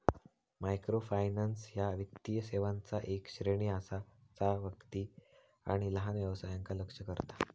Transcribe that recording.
microfinance ह्या वित्तीय सेवांचा येक श्रेणी असा जा व्यक्ती आणि लहान व्यवसायांका लक्ष्य करता